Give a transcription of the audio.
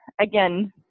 Again